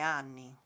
anni